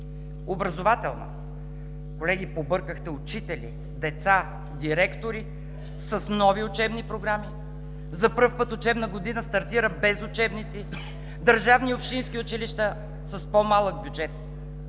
Образователна реформа. Колеги, побъркахте учители, деца, директори с нови учебни програми. За пръв път учебна година стартира без учебници, държавни и общински училища с по-малък бюджет.